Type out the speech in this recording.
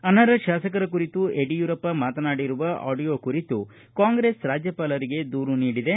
ಅನರ್ಹ ಶಾಸಕರ ಕುರಿತು ಯಡಿಯೂರಪ್ಪ ಮಾತನಾಡಿರುವ ಆಡಿಯೋ ಕುರಿತು ಕಾಂಗ್ರೆಸ್ ರಾಜ್ಜಪಾಲರಿಗೆ ದೂರು ನೀಡಿದೆ